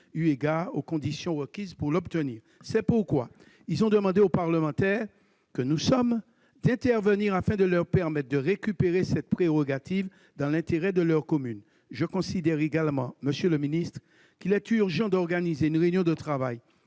eu égard aux conditions requises pour l'obtenir. C'est pourquoi ils ont demandé aux parlementaires que nous sommes d'intervenir afin de leur permettre de récupérer cette prérogative, dans l'intérêt de leurs communes. Je considère également, monsieur le ministre, qu'il est urgent d'organiser une réunion de travail